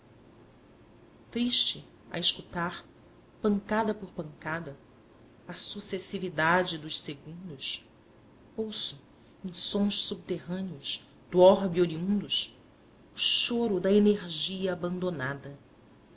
aguarda triste a escutar pancada por pancada a sucessividade dos segundos ouço em sons subterrâneos do orbe oriundos o choro da energia abandonada